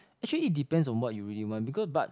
actually depend on what you really want because but